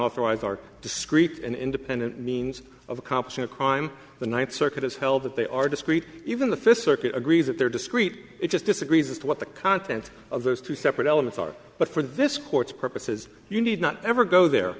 authorized are discreet and independent means of accomplishing a crime the ninth circuit has held that they are discrete even the fifth circuit agrees that there discrete it just disagrees as to what the content of those two separate elements are but for this court's purposes you need not ever go there